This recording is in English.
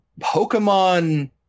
Pokemon